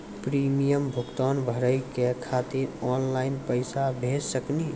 Premium भुगतान भरे के खातिर ऑनलाइन पैसा भेज सकनी?